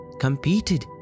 ...competed